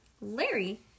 Larry